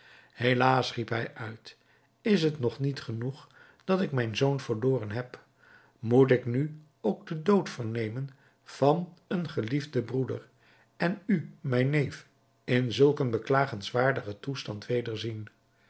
helaas riep hij uit is het nog niet genoeg dat ik mijn zoon verloren heb moet ik nu ook den dood vernemen van een geliefden broeder en u mijn neef in zulk een beklagenswaardigen toestand wederzien